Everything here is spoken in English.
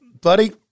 buddy